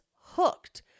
hooked